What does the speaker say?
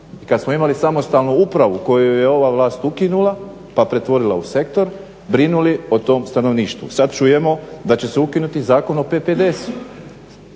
kad smo imali samostalnu upravu koju je ova vlast ukinula pa pretvorila u sektor, brinuli o tom stanovništvu. Sad čujemo da će se ukinuti Zakon o PPDS-u,